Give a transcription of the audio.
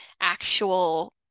actual